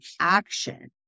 action